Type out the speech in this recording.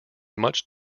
much